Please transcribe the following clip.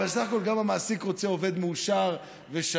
אבל בסך הכול גם המעסיק רוצה עובד מאושר ושלם.